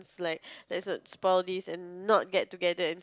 it's like there's a spoil disk and not get together and